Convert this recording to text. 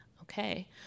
okay